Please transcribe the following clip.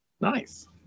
Nice